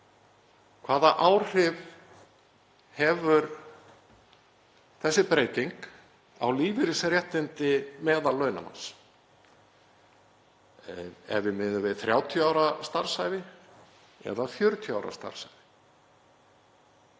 Hvaða áhrif hefur þessi breyting á lífeyrisréttindi meðallaunamanns ef við miðum við 30 ára starfsævi eða 40 ára starfsævi?